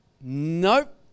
nope